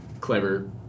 clever